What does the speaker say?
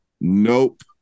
Nope